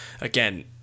again